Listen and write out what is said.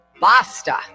Basta